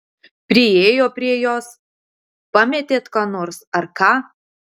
priėjo prie jos pametėt ką nors ar ką